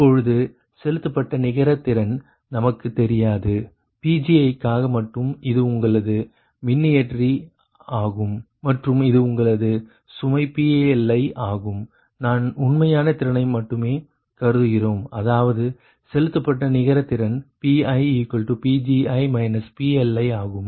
இப்பொழுது செலுத்தப்பட்ட நிகர திறன் நமக்கு தெரியாது Pgi க்காக மட்டும் இது உங்களது மின்னியற்றி ஆகும் மற்றும் இது உங்களது சுமை PLi ஆகும் நாம் உண்மையான திறனை மட்டுமே கருதுகிறோம் அதாவது செலுத்தப்பட்ட நிகர திறன் PiPgi PLi ஆகும்